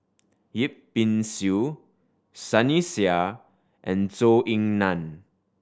Yip Pin Xiu Sunny Sia and Zhou Ying Nan